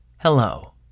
Hello